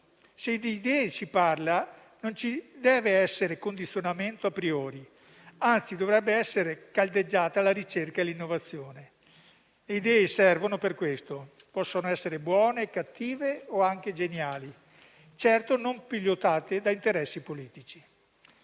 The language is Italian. Se di idee si parla, non ci deve essere condizionamento *a priori*, anzi dovrebbe essere caldeggiata la ricerca e l'innovazione. Le idee servono per questo; possono essere buone, cattive o anche geniali, ma certo non pilotate da interessi politici.